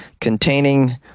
containing